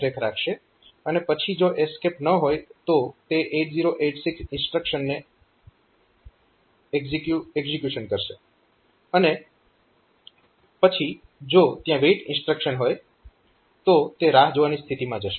અને પછી જો એસ્કેપ ન હોય તો તે 8086 ઇન્સ્ટ્રક્શનનું એક્ઝીક્યુશન કરશે અને પછી જો ત્યાં WAIT ઇન્સ્ટ્રક્શન હોય તો તે રાહ જોવાની સ્થિતિમાં જશે